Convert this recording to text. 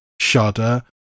Shudder